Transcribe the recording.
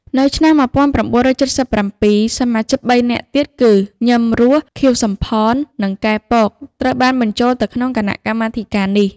នៅឆ្នាំ១៩៧៧ សមាជិកបីនាក់ទៀតគឺ ញឹម រស់ ខៀវ សំផន និង កែ ពក ត្រូវបានបញ្ចូលទៅក្នុងគណៈកម្មាធិការនេះ ។